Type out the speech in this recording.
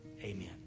Amen